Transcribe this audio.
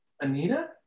Anita